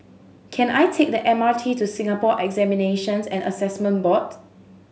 can I take the M R T to Singapore Examinations and Assessment Board